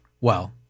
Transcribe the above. Well-